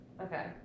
okay